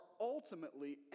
ultimately